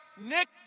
Nick